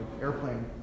airplane